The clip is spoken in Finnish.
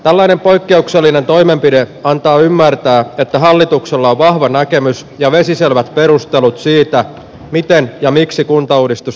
tällainen poikkeuksellinen toimenpide antaa ymmärtää että hallituksella on vahva näkemys ja vesiselvät perustelut siitä miten ja miksi kuntauudistus